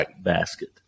basket